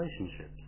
relationships